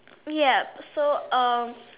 ya so um